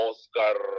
Oscar